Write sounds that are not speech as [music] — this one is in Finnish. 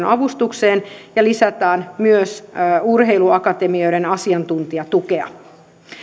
[unintelligible] avustukseen ja lisätään myös urheiluakatemioiden asiantuntijatukea